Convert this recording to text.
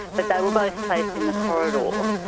but they were both placed in the corridor.